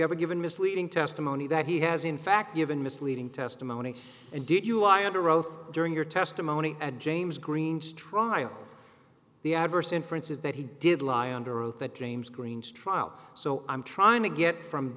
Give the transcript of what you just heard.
ever given misleading testimony that he has in fact given misleading testimony and did you lie under oath during your testimony at james greene's trial the adverse inference is that he did lie under oath that james greene's trial so i'm trying to get from